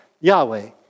Yahweh